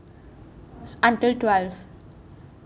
(um)s until twelve